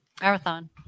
Marathon